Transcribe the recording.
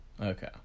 Okay